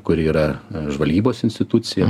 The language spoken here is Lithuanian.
kur yra žvalgybos institucija